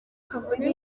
kabone